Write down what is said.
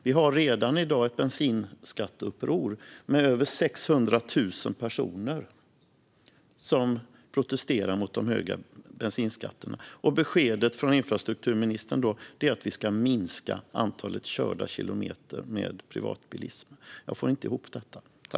Vi har redan i dag ett bensinskatteuppror med över 600 000 personer som protesterar mot de höga bensinskatterna. Beskedet från infrastrukturministern är då att vi ska minska antalet körda kilometer med privatbilar. Jag får inte ihop detta.